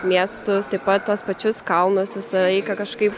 miestus taip pat tuos pačius kalnus visą laiką kažkaip